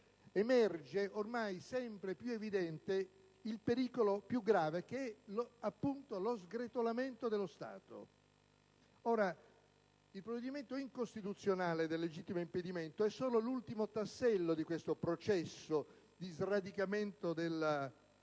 Emerge ormai sempre più evidente il pericolo più grave che è rappresentato - appunto - dallo sgretolamento dello Stato. Il provvedimento incostituzionale sul legittimo impedimento è solo l'ultimo tassello di questo processo di sradicamento dell'idea